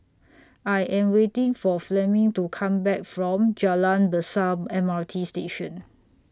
I Am waiting For Fleming to Come Back from Jalan Besar M R T Station